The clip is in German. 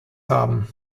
haben